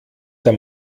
der